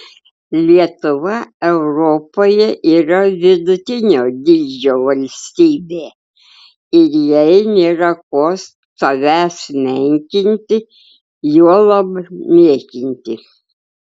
lietuva europoje yra vidutinio dydžio valstybė ir jai nėra ko savęs menkinti juolab niekinti